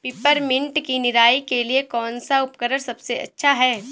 Peppermint की निराई के लिए कौन सा उपकरण सबसे अच्छा है?